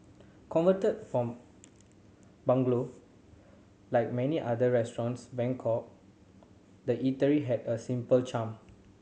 converted from bungalow like many other restaurants Bangkok the eatery had a simple charm